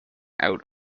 out